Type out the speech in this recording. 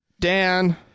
Dan